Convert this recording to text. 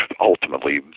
ultimately